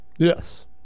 Yes